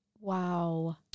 Wow